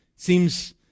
Seems